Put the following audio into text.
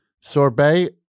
sorbet